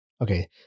Okay